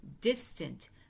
distant